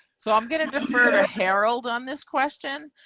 so i'm going to defer ah harold on this question.